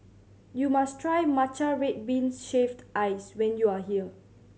you must try matcha red bean shaved ice when you are here